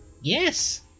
yes